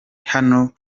hano